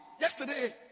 yesterday